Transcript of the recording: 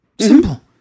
Simple